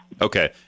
Okay